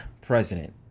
president